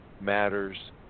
matters